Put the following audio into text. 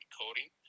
coding